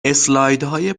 اسلایدهای